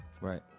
Right